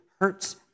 hurts